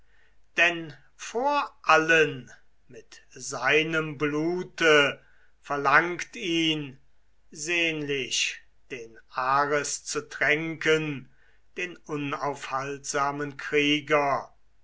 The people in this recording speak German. denn vor allen mit seinem blute verlangt ihn sehnlich den ares zu tränken den unaufhaltsamen krieger